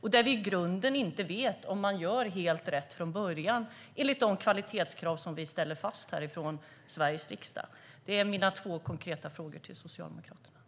Vi vet inte i grunden om man gör helt rätt från början enligt de kvalitetskrav som vi ställer från Sveriges riksdag. Det är mina två konkreta frågor till Socialdemokraterna.